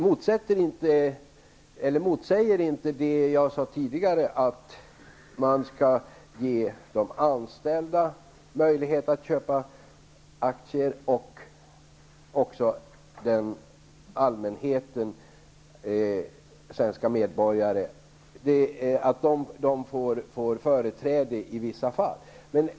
Det motsäger inte det jag sade tidigare att man skall ge de anställda och allmänheten, svenska medborgare, möjlighet att köpa aktier. De bör få företräde i vissa fall.